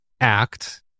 act